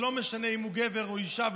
ולא משנה אם הוא גבר או אישה,